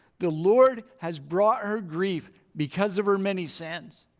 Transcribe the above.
the lord has brought her grief because of her many sins.